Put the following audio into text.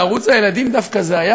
בערוץ הילדים דווקא זה היה,